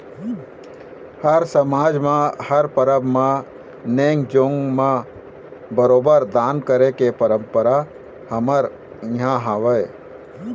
हर समाज म हर परब म नेंग जोंग म बरोबर दान करे के परंपरा हमर इहाँ हवय